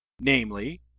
namely